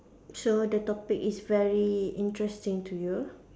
so the topic is very interesting to you